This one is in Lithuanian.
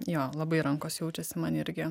jo labai rankos jaučiasi man irgi